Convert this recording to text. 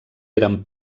eren